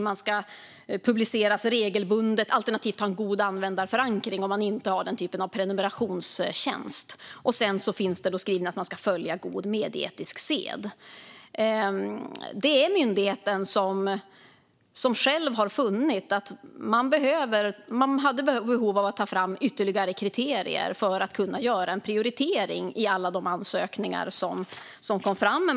Man ska publiceras regelbundet alternativt ha en god användarförankring om man inte har den typen av prenumerationstjänst. Det finns också skrivningar om att man ska följa god medieetisk sed. Det är myndigheten som själv har funnit att man hade behov av att ta fram ytterligare kriterier för att kunna göra en prioritering i alla de ansökningar som kom fram.